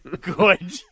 Good